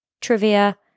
trivia